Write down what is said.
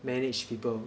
manage people